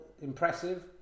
impressive